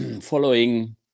following